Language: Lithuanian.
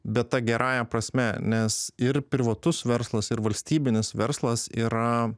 bet ta gerąja prasme nes ir privatus verslas ir valstybinis verslas yra